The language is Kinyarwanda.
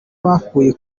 bakuye